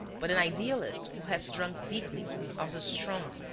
but an idealist who has drunk deeply of the strong,